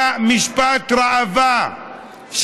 היה משפט ראווה.